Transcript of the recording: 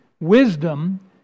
wisdom